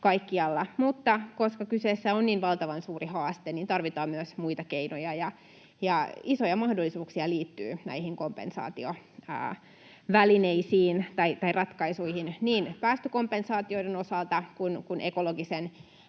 Koska kyseessä on niin valtavan suuri haaste, tarvitaan myös muita keinoja, ja isoja mahdollisuuksia liittyy näihin kompensaatiovälineisiin tai ‑ratkaisuihin niin päästökompensaatioiden osalta kuin ekologisen